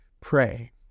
pray